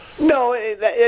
No